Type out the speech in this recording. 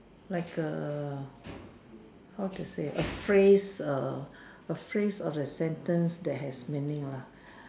like a how to say a phrase err a phrase or a sentence that has meaning lah